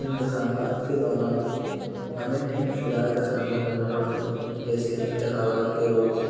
انتخابات کے دوران ہمیں کئی مشکلات کا سامنا کرنا پڑتا ہے جیسے انتخابات کے روز